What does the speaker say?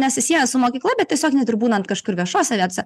nesusiję su mokykla bet tiesiog net ir būnant kažkur viešose vietose